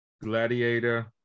Gladiator